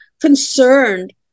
concerned